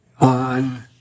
on